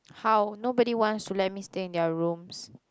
how nobody wants to let me stay in their rooms